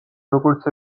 როგორც